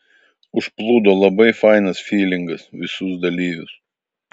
užplūdo labai fainas fylingas visus dalyvius